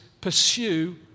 pursue